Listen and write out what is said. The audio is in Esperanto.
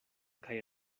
kaj